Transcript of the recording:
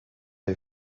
est